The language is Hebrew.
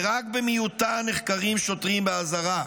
ורק במיעוטן נחקרים שוטרים באזהרה,